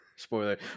spoiler